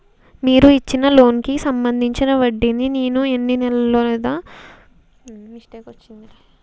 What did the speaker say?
మీరు ఇచ్చిన లోన్ కి సంబందించిన వడ్డీని నేను ఎన్ని నెలలు లేదా సంవత్సరాలలోపు తిరిగి కట్టాలి?